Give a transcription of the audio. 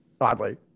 oddly